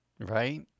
Right